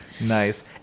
nice